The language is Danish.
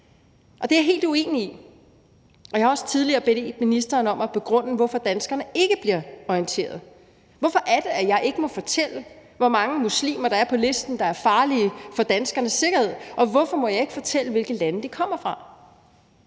og det er jeg helt uenig i. Jeg har også tidligere bedt ministeren om at begrunde, hvorfor danskerne ikke bliver orienteret. Hvorfor er det, at jeg ikke må fortælle, hvor mange muslimer der er på listen, der er farlige for danskernes sikkerhed? Og hvorfor må jeg ikke fortælle, hvilke lande de kom fra?